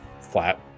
flat